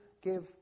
give